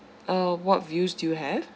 uh what views do you have